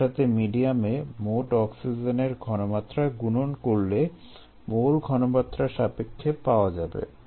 এটার সাথে মিডিয়ামে মোট অক্সিজেনের ঘনমাত্রা গুণন করলে মোল ঘনমাত্রার সাপেক্ষে পাওয়া যাবে